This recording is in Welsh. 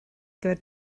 gyfer